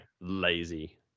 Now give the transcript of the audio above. lazy